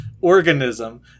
organism